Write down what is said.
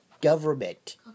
government